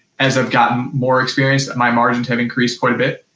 as i've gotten more experienced and my margins have increased quite a bit,